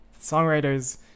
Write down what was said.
songwriters